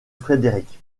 frederick